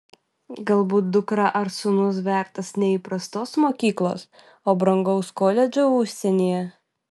galbūt dukra ar sūnus vertas ne įprastos mokyklos o brangaus koledžo užsienyje